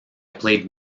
played